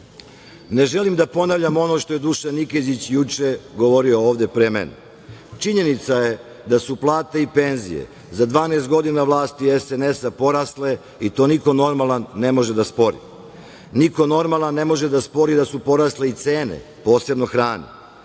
želim da ponavljam ono što je Dušan Nikezić juče govorio ovde pre mene. Činjenica je da su plate i penzije za 12 godina vlasti SNS-a, porasle i to niko normalan ne može da spori. Niko normalan ne može da spori da su porasle i cene, posebno hrane,